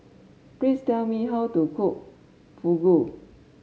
please tell me how to cook Fugu